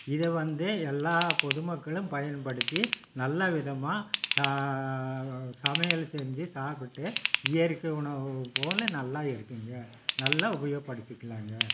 இதை வந்து எல்லா பொதுமக்களும் பயன்படுத்தி நல்லவிதமாக சா சமையல் செஞ்சு சாப்பிட்டு இயற்கை உணவு போல் நல்லா இருக்குதுங்க நல்லா உபயோகப்படுத்திக்கலாம்ங்க